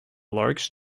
large